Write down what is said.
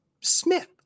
Smith